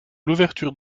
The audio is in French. l’ouverture